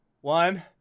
One